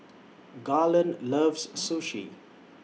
Garland loves Sushi